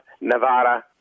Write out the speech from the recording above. nevada